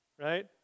Right